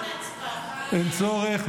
אין צורך.